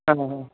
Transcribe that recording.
हां हां हां